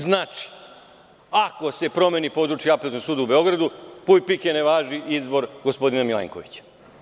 Znači, ako se promeni područje Apelacionog suda u Beogradu, puj, pike, ne važi izbor gospodina Milenkovića.